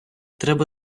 треба